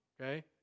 Okay